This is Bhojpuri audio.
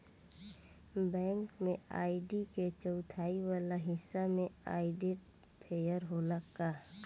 बैंक में आई.डी के चौथाई वाला हिस्सा में आइडेंटिफैएर होला का?